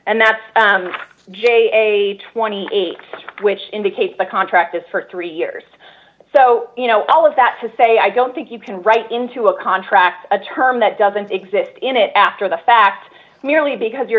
and that's a twenty eight which indicates the contract is for three years so all of that to say i don't think you can write into a contract a term that doesn't exist in it after the fact merely because you're